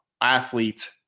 athlete